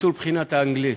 ביטול בחינת האנגלית.